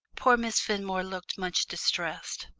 poor miss fenmore looked much distressed.